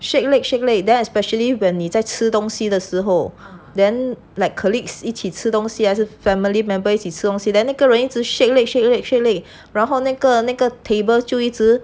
shake leg shake leg then especially when 你在吃东西的时候 then like colleagues 一起吃东西还是 family member 一起吃东西 then 那个人一直 shake leg shake leg 然后那个那个 table 就一直